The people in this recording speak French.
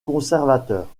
conservateurs